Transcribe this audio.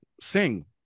sing